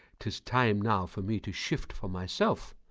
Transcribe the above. tis time now for me to shift for myself.